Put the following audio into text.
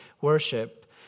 worshipped